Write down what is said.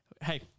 Hey